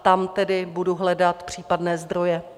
Tam tedy budu hledat případné zdroje.